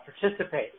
participate